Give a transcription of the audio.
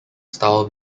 style